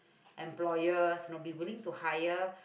employers you know be willing to hire